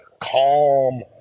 calm